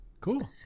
Cool